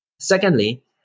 Secondly